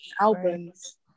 albums